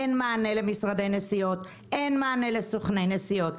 אין מענה למשרדי נסיעות, אין מענה לסוכני נסיעות.